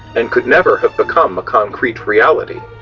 and could never have become a concrete reality.